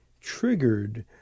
triggered